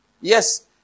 Yes